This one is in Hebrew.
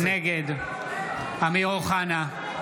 נגד אמיר אוחנה,